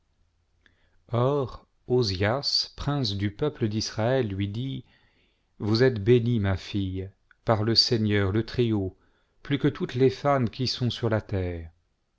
or ozias prince du peuple d'israël lui dit vous êtes bénie ma fille par le seigneur le très haut plus que toutes les femmes qui sont sur la terre